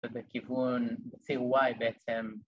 ‫בכיוון ציר Y בעצם